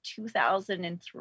2003